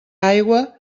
aigua